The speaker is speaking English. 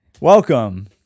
Welcome